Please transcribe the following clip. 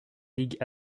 ligues